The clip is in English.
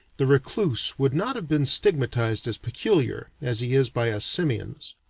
the recluse would not have been stigmatized as peculiar, as he is by us simians.